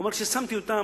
הוא אומר: כששמתי אותו,